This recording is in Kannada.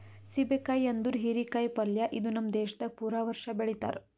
ಸೀಬೆ ಕಾಯಿ ಅಂದುರ್ ಹೀರಿ ಕಾಯಿ ಪಲ್ಯ ಇದು ನಮ್ ದೇಶದಾಗ್ ಪೂರಾ ವರ್ಷ ಬೆಳಿತಾರ್